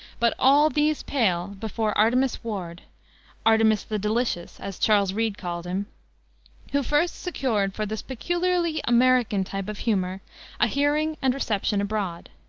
but all these pale before artemus ward artemus the delicious, as charles reade called him who first secured for this peculiarly american type of humor a hearing and reception abroad.